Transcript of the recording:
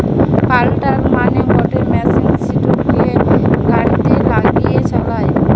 planter মানে গটে machine সিটোকে গাড়িতে লাগিয়ে চালায়